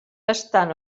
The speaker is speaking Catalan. estan